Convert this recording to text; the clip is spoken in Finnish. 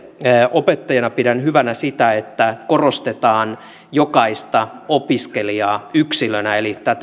opettajana pidän hyvänä sitä että korostetaan jokaista opiskelijaa yksilönä eli